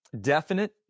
definite